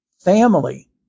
family